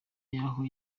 y’aho